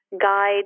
guide